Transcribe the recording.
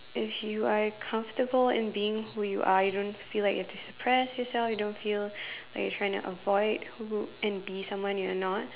if you are comfortable in being who you are you don't feel like you have to suppress yourself you don't feel like you're trying to avoid who and be someone you are not